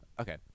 okay